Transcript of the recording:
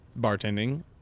bartending